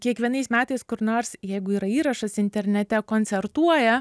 kiekvienais metais kur nors jeigu yra įrašas internete koncertuoja